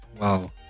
wow